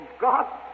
God